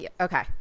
okay